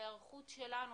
בהיערכות שלנו,